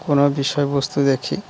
কোনো বিষয়বস্তু দেখি